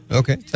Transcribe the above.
okay